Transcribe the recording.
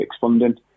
funding